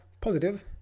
positive